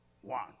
one